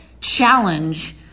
challenge